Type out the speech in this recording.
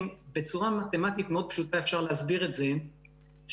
בצורה מתמטית מאוד פשוטה אפשר להסביר את זה שכשעומדים